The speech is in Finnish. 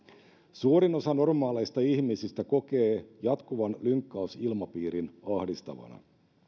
suurin osa normaaleista ihmisistä kokee jatkuvan lynkkausilmapiirin ahdistavana